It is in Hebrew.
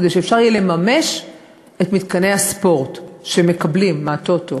כדי שאפשר יהיה לממש את מתקני הספורט שמקבלים מה"טוטו".